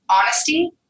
honesty